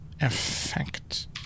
Effect